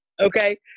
okay